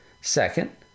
Second